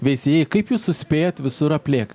veisiejai kaip jūs suspėja visur aplėkt